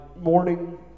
morning